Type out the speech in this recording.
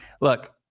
Look